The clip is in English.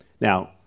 Now